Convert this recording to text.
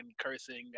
cursing